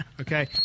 Okay